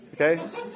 Okay